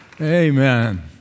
Amen